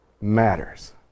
matters